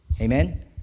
Amen